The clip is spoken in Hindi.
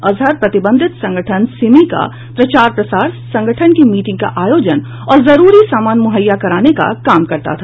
अजहर प्रतिबंधित संगठन सिमी का प्रचार प्रसार संगठन की मीटिंग का आयोजन और जरूरी सामान मुहैया कराने का काम करता था